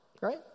Right